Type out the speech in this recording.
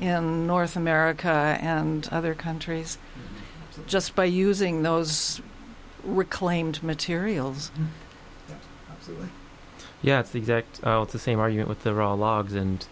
and north america and other countries just by using those reclaimed materials yet the exact same are you know with the raw logs and